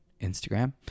Instagram